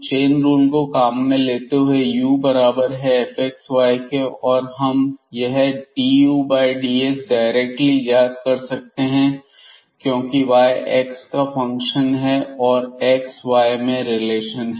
chain rule को काम में लेते हुए u बराबर है fxy के और हम यह dudx डायरेक्टली ज्ञात कर सकते हैं क्योंकि y x का फंक्शन है और यह x और y में रिलेशन है